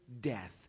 death